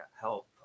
help